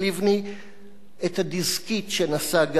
את הדיסקית שנשא גנדי על צווארו,